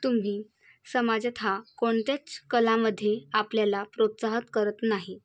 तुम्ही समाजात हा कोणत्याच कलामध्ये आपल्याला प्रोत्साहित करत नाही